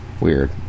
Weird